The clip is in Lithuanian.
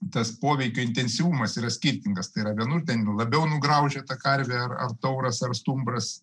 tas poveikio intensyvumas yra skirtingas tai yra vienur ten labiau nugraužia ta karvė ar ar tauras ar stumbras